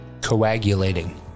Coagulating